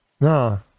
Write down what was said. No